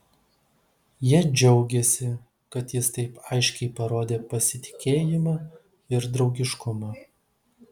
jie džiaugėsi kad jis taip aiškiai parodė pasitikėjimą ir draugiškumą